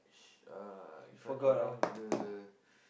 uh If I not wrong is the